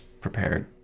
prepared